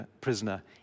prisoner